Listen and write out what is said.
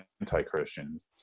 anti-Christians